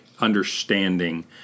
understanding